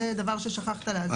זה דבר ששכחת להזכיר.